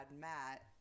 Matt